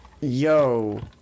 Yo